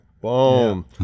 Boom